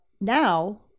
now